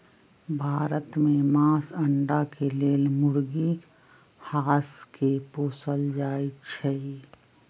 भारत में मास, अण्डा के लेल मुर्गी, हास के पोसल जाइ छइ